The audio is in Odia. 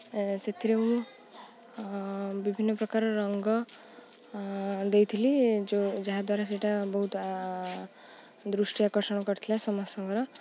ସେଥିରେ ମୁଁ ବିଭିନ୍ନପ୍ରକାର ରଙ୍ଗ ଦେଇଥିଲି ଯେଉଁ ଯାହା ଦ୍ୱାରା ସେଇଟା ବହୁତ ଦୃଷ୍ଟି ଆକର୍ଷଣ କରିଥିଲା ସମସ୍ତଙ୍କର